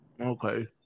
Okay